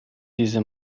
diese